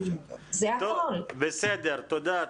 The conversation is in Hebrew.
טוב בסדר, תודה.